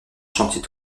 chantier